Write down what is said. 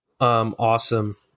awesome